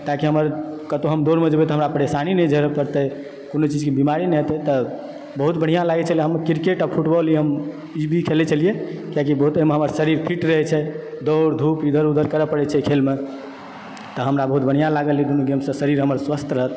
ताकि हमर कतहुँ हम दौड़मे जेबय तऽ हमरा परेशानी नहि झेलऽ पड़तय कोनो चीजके बीमारी नहि हेतय तऽ बहुत बढ़िआँ लागैत छै क्रिकेट आओर फुटबाल ई हम किछु भी खेलय छलियै किआकि बहुत एहिमे हमर शरीर फिट रहैत छै दौड़ धूप इधर उधर करय पड़ैत छै खेलमे तऽ हमरा बहुत बढ़िआँ लागल ई दुनु गेमसँ शरीर हमर स्वस्थ्य रहत